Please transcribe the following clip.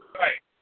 right